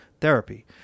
therapy